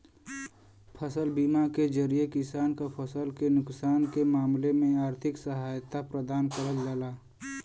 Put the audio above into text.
फसल बीमा के जरिये किसान क फसल के नुकसान के मामले में आर्थिक सहायता प्रदान करल जाला